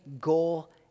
goal